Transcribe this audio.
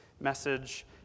message